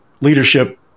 leadership